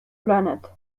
planet